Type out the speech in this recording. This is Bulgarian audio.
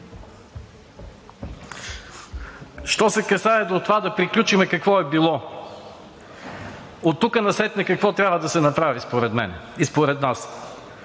Що се касае до това – да приключим с какво е било – оттук насетне какво трябва да се направи според мен и според нас: